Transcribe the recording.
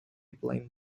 blame